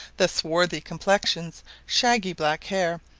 the swarthy complexions, shaggy black hair,